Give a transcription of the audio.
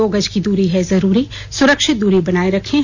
दो गज की दूरी है जरूरी सुरक्षित दूरी बनाए रखें